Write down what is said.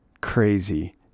crazy